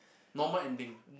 normal ending